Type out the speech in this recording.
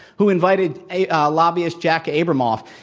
who invited a lobbyist, jack abramoff,